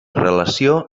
relació